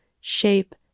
shape